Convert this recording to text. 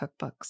cookbooks